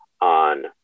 on